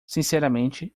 sinceramente